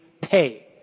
pay